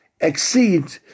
exceed